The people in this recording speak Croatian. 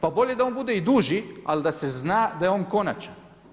Pa bolje da on bude i duži, ali da se zna da je on konačan.